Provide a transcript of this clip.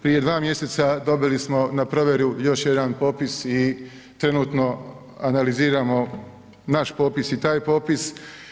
Prije dva mjeseca dobili smo na provjeru još jedan popis i trenutno analiziramo naš popis i taj popis.